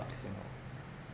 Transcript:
and all